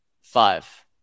five